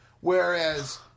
Whereas